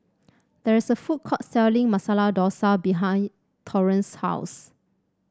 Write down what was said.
there is a food court selling Masala Dosa behind Torrence's house